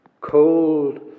Cold